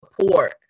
support